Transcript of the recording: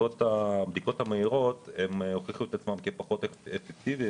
הבדיקות המהירות הוכיחו את עצמן כפחות אפקטיביות.